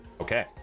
Okay